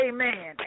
Amen